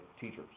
teachers